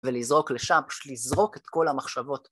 ולזרוק לשם, פשוט לזרוק את כל המחשבות.